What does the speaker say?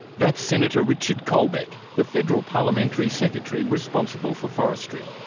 that's senator richard colbeck, the federal parliamentary secretary responsible for forestry.